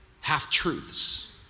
Half-truths